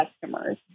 customers